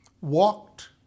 walked